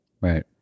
Right